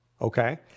Okay